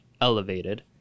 elevated